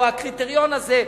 או הקריטריון הזה,